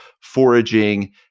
foraging